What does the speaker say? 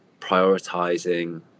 prioritizing